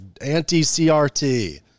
anti-CRT—